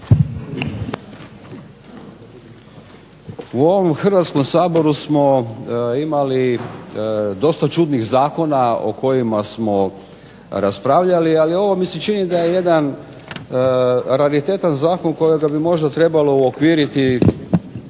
U ovom Hrvatskom saboru smo imali dosta čudnih zakona o kojima smo raspravljali, ali ovo mi se čini da je jedan raritetan zakon kojega bi možda trebalo uokviriti